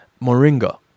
Moringa